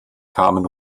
kamen